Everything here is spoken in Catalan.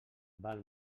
val